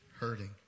hurting